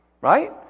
Right